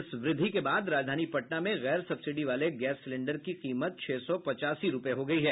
इस वृद्धि के बाद राजधानी पटना में गैर सब्सिडी वाले गैस सिलेंडर की कीमत छह सौ पचासी रूपये हो गयी है